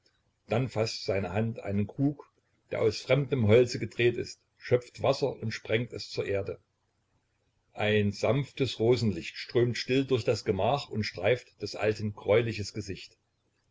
dann faßt seine hand einen krug der aus fremden holze gedreht ist schöpft wasser und sprengt es zur erde ein sanftes rosenlicht strömt still durch das gemach und streift des alten greuliches gesicht